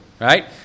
right